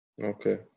okay